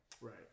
Right